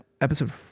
episode